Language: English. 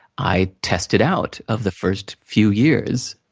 i tested out of the first few years